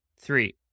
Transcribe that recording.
three